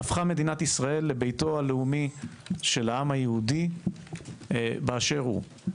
הפכה מדינת ישראל לביתו הלאומי של העם היהודי באשר הוא.